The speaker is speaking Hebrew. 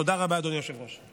תודה רבה, אדוני היושב-ראש.